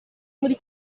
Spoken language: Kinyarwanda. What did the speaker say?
muri